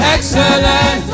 Excellent